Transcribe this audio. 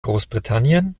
großbritannien